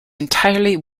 entirely